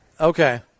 Okay